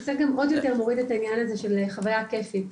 זה גם עוד יותר מוריד את הענין הזה של חוויה כייפית,